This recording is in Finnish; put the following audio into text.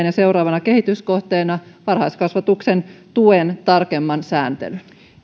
ja seuraavana kehityskohteena sivistysvaliokunta nostaakin esiin varhaiskasvatuksen tuen tarkemman sääntelyn